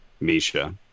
Misha